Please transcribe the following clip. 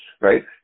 Right